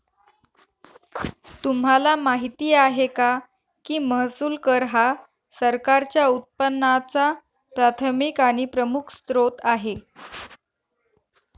तुम्हाला माहिती आहे का की महसूल कर हा सरकारच्या उत्पन्नाचा प्राथमिक आणि प्रमुख स्त्रोत आहे